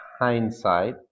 hindsight